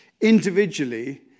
individually